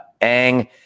Ang